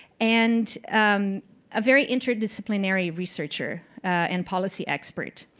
and a very interdisciplinary researcher and policy expert.